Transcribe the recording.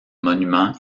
monuments